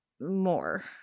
more